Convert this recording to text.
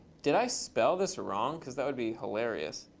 did i spell this wrong? because that would be hilarious.